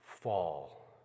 Fall